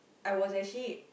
I was actually